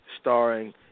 Starring